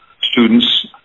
students